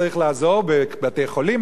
צריך לעזור בבתי-חולים,